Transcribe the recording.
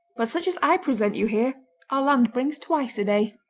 but such as i present you here our land brings twice a day.